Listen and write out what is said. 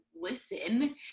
listen